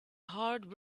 hard